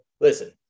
listen